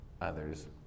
others